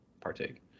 partake